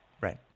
Right